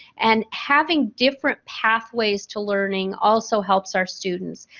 and, having different pathways to learning also helps our students.